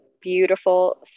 beautiful